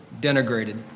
denigrated